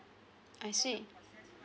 I see